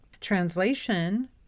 Translation